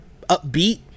upbeat